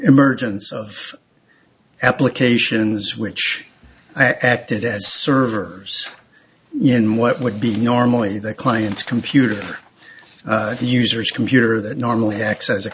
emergence of applications which i acted as a server in what would be normally the client's computer the user's computer that normally acts as a